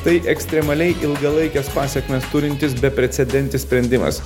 tai ekstremaliai ilgalaikes pasekmes turintis beprecedentis sprendimas